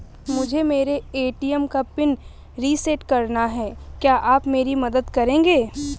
मुझे मेरे ए.टी.एम का पिन रीसेट कराना है क्या आप मेरी मदद करेंगे?